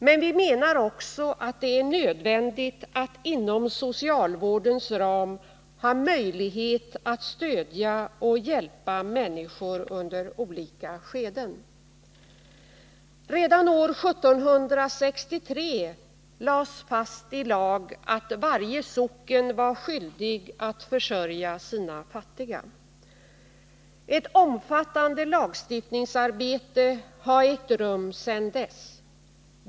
Men vi menar också att det är nödvändigt att inom socialvårdens ram ha möjlighet att stödja och hjälpa människor under olika skeden. Redan år 1763 lades fast i lag, att varje socken var skyldig att försörja sina fattiga. Ett omfattande lagstiftningsarbete har ägt rum sedan dess.